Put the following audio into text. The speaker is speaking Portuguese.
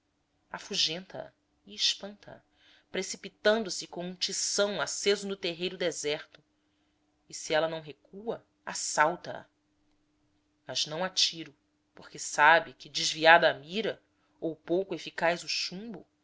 e espanta a precipitando-se com um tição aceso no terreiro deserto e se ela não recua assalta a mas não a tiro porque sabe que desviada a mira ou pouco eficaz o chumbo